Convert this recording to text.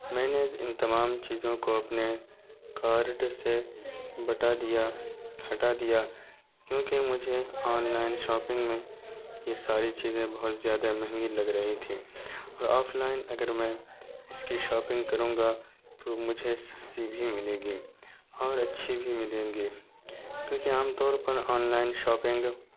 میں نے ان تمام چیزوں کو اپنے کارڈ سے ہٹا دیا ہٹا دیا کیوںکہ مجھے آن لائن شاپنگ میں یہ ساری چیزیں بہت زیادہ مہنگی لگ رہی تھیں اور آف لائن اگر میں اس کی شاپنگ کروں گا تو مجھے سستی بھی ملیں گی اور اچھی بھی ملیں گی کیوںکہ عام طور پر آن لائن شاپنگ